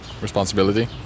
Responsibility